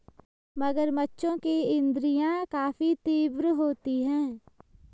मगरमच्छों की इंद्रियाँ काफी तीव्र होती हैं